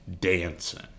dancing